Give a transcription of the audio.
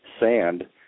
sand